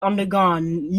undergone